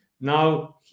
now